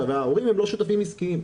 ההורים הם לא שותפים עסקיים,